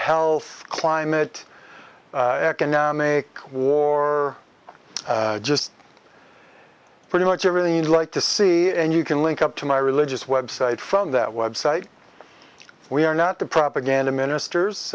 health climate economic war just pretty much everything you'd like to see and you can link up to my religious website from that website we are not the propaganda ministers